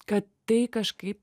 kad tai kažkaip